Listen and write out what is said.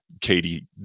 katie